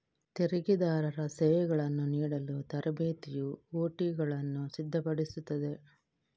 ತೆರಿಗೆದಾರರ ಸೇವೆಗಳನ್ನು ನೀಡಲು ತರಬೇತಿಯು ಒ.ಟಿಗಳನ್ನು ಸಿದ್ಧಪಡಿಸುತ್ತದೆ